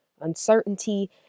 Uncertainty